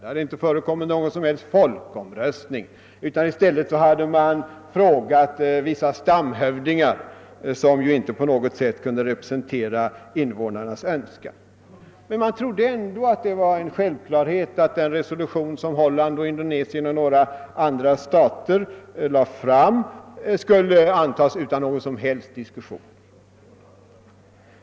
Det hade inte förekommit någon som helst folkomröstning. I stället hade man frågat vissa stamhövdingar, som ju inte kunde re presentera invånarnas Önskan. Men man betraktade det ändå som en självklarhet att det resolutionsförslag, som Holland, Indonesien och ett par andra stater lade fram, skulle antagas utan någon om helst diskussion.